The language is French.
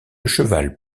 cheval